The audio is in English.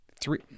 Three